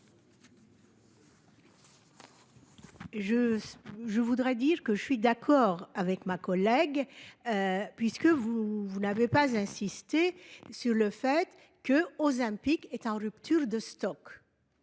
Je voudrais dire que je suis d'accord avec ma collègue. Puisque vous, vous l'avez pas insisté sur le fait que. OZEMPIC est en rupture de stock.